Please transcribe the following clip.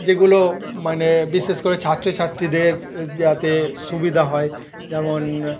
যেগুলো মানে বিশেষ করে ছাত্রছাত্রীদের যাতে সুবিধা হয় যেমন